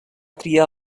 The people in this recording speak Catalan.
triar